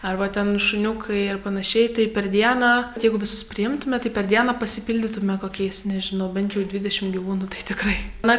arba ten šuniukai ir panašiai tai per dieną jeigu visus priimtume tai per dieną pasipildytume kokiais nežinau bent jau dvidešim gyvūnų tai tikrai na